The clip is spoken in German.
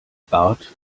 bart